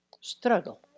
struggle